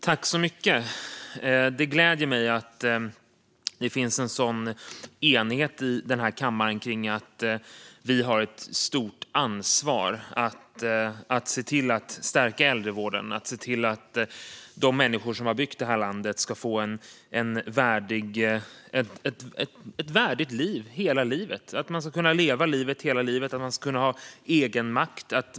Herr talman! Det gläder mig att det finns en sådan enighet i kammaren kring att vi har ett stort ansvar att stärka äldrevården och se till att de människor som har byggt det här landet får ett värdigt liv hela livet. Man ska kunna leva livet hela livet, och man ska ha egenmakt.